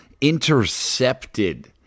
Intercepted